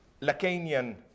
Lacanian